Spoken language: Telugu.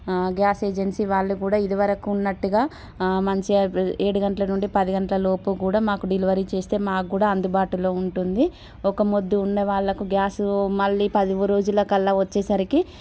గ్యాస్ ఏజెన్సీ వాళ్ళు కూడా ఇదివరకు ఉన్నట్టుగా మంచిగా ఏడు గంటలనుండి పది గంటల లోపు కూడా మాకు డెలివరీ చేస్తే మాకు కూడా అందుబాటులో ఉంటుంది ఒక మొద్దు ఉన్నవాళ్లకు గ్యాసు మళ్ళీ పదో రోజులకు అలా వచ్చేసరికి